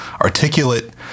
articulate